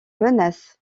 menaces